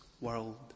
world